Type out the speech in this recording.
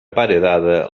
paredada